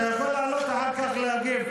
אתה יכול לעלות אחר כך להגיב,